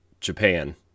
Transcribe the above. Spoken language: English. Japan